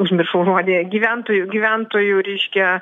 užmiršau žodį gyventojų gyventojų reiškia